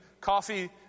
coffee